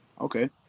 Okay